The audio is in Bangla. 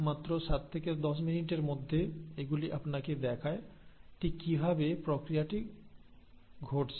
মাত্র 7 থেকে 10 মিনিটের মধ্যে এগুলি আপনাকে দেখায় ঠিক কিভাবে প্রক্রিয়াটি ঘটছে